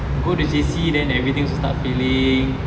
go to J_C then everything also start failing